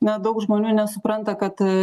na daug žmonių nesupranta kad